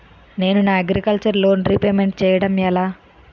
నేను నా agriculture loan repayment చేయడం ఎలా?